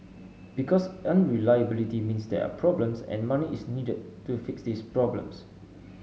because unreliability means there are problems and money is needed to fix these problems